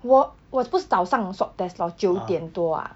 我我不是早上 swab test lor 九点多啊